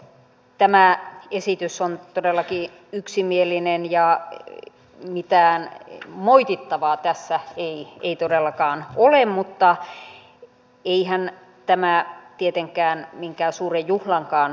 tämä esitys on todellakin yksimielinen ja mitään moitittavaa tässä ei todellakaan ole mutta eihän tämä tietenkään minkään suuren juhlankaan aihe ole